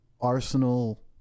Arsenal